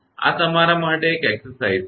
આ તમારા માટે એક કવાયત હશે